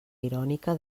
irònica